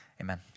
amen